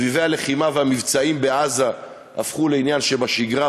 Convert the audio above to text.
סבבי הלחימה והמבצעים בעזה הפכו לעניין שבשגרה,